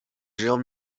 géant